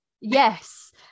Yes